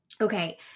Okay